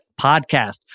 podcast